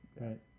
right